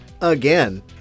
again